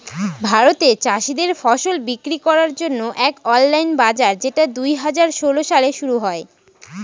ভারতে চাষীদের ফসল বিক্রি করার জন্য এক অনলাইন বাজার যেটা দুই হাজার ষোলো সালে শুরু হয়